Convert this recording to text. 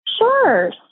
Sure